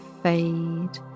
fade